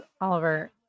oliver